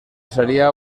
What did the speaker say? sería